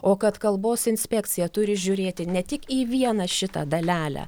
o kad kalbos inspekcija turi žiūrėti ne tik į vieną šitą dalelę